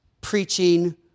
preaching